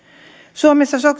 suomessa